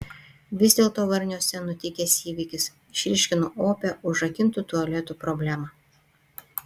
vis dėlto varniuose nutikęs įvykis išryškino opią užrakintų tualetų problemą